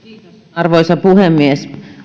arvoisa puhemies